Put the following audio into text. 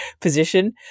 position